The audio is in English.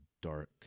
dark